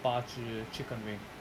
八只 chicken wing